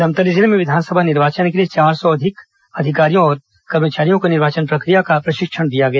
धमतरी जिले में विधानसभा निर्वाचन के लिए चार सौ अधिक अधिकारियों और कर्मचारियों को निर्वाचन प्रक्रिया का प्रशिक्षण दिया गया